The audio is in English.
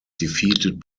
defeated